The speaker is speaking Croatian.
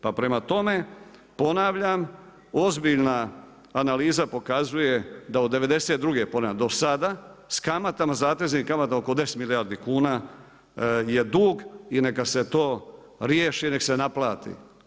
Pa prema tome, ponavljam ozbiljna analiza pokazuje da od '92. ponavljam do sada s kamatama, zateznim kamatama oko 10 milijardi kuna je dug i neka se to riješi, nek' se naplati.